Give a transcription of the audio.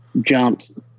jumps